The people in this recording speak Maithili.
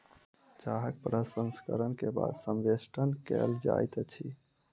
चाहक प्रसंस्करण के बाद संवेष्टन कयल जाइत अछि